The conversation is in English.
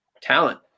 talent